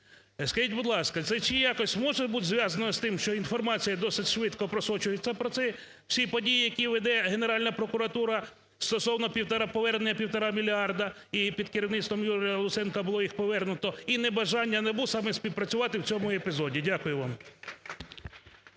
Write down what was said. Скажіть, будь ласка, це якось може бути зв'язано з тим, що інформація досить швидко просочується про ті всі події, які веде Генеральна прокуратура стосовно повернення півтора мільярда, і під керівництвом Юрія Луценка було їх повернуто, і небажання НАБУ саме співпрацювати в цьому епізоді? Дякую вам.